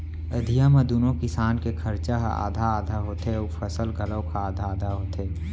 अधिया म दूनो किसान के खरचा ह आधा आधा होथे अउ फसल घलौक ह आधा आधा होथे